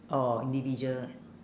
orh individual